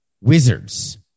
Wizards